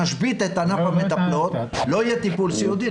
נשבית את ענף המטפלות ולא יהיה טיפול סיעודי.